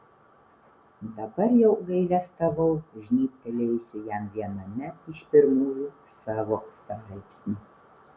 dabar jau gailestavau žnybtelėjusi jam viename iš pirmųjų savo straipsnių